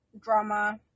drama